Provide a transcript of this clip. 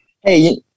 Hey